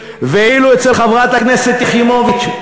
ואילו אצל חברת הכנסת יחימוביץ,